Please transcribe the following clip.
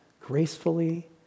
gracefully